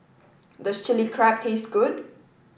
does Chilli Crab taste good